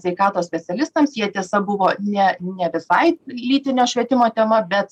sveikatos specialistams jie tiesa buvo ne ne visai lytinio švietimo tema bet